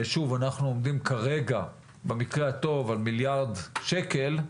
שוב, אנו עומדים כרגע במקרה הטוב על מיליארד שקל,